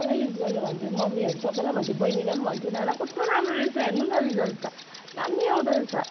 सबैलाई युज गर्नू भन्छु मम्मीहरू सबैलाई भन्छु बहिनीलाई पनि भन्छु नाना कस्तो राम्रो रहेछ हेर्नू न रिजल्ट त दामी आउँदो रहेछ